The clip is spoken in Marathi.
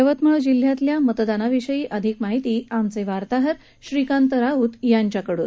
यवतमाळ जिल्ह्यातल्या मतदानाविषयी अधिक माहिती आमचे वार्ताहर श्रीकांत राऊत यांच्याकडून